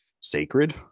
sacred